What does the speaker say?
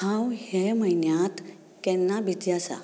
हांव हे म्हयन्यांत केन्ना बीझी आसां